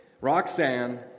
Roxanne